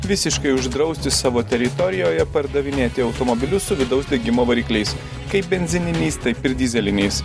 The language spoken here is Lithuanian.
visiškai uždrausti savo teritorijoje pardavinėti automobilius su vidaus degimo varikliais kaip benzininiais taip ir dyzeliniais